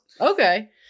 okay